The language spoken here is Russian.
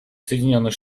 соединенных